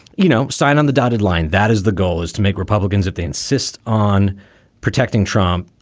you know, sign on the dotted line. that is the goal is to make republicans if they insist on protecting trump,